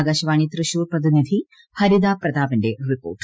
ആകാശവാണി തൃശൂർ പ്രതിനിധി ഭരിത പ്രതാപന്റെ റിപ്പോർട്ട്